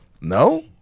No